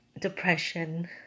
Depression